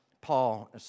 Paul